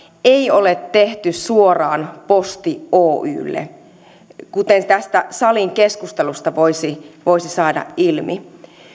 ei ole tehty suoraan posti oylle kuten tästä salin keskustelusta voisi voisi tulla ilmi